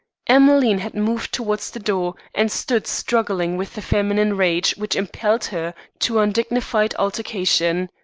emmeline had moved towards the door, and stood struggling with the feminine rage which impelled her to undignified altercation.